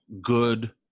good